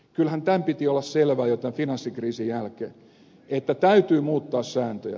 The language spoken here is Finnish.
kyllähän tämän piti olla selvää jo tämän finanssikriisin jälkeen että täytyy muuttaa sääntöjä